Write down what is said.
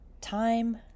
time